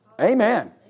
Amen